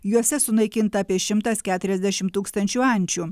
juose sunaikinta apie šimtas keturiasdešim tūkstančių ančių